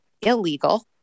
illegal